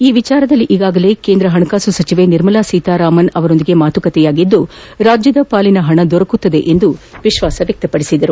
ಈ ವಿಚಾರದಲ್ಲಿ ಈಗಾಗಲೇ ಕೇಂದ್ರ ಪಣಕಾಸು ಸಚಿವೆ ನಿರ್ಮಲಾ ಸೀತಾರಾಮನ್ ಅವರೊಂದಿಗೆ ಮಾತುಕತೆಯಾಗಿದ್ದು ರಾಜ್ಯದ ಪಾಲಿನ ಪಣ ದೊರಕುತ್ತದೆ ಎಂದು ವಿಶ್ವಾಸ ವ್ಲಕ್ತಪಡಿಸಿದರು